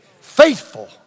faithful